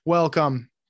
Welcome